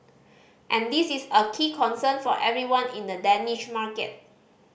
and this is a key concern for everyone in the Danish market